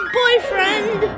boyfriend